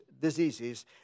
diseases